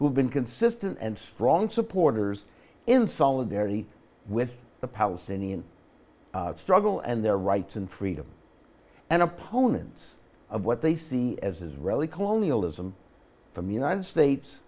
who have been consistent and strong supporters in solidarity with the palestinian struggle and their rights and freedom and opponents of what they see as israeli colonialism from united states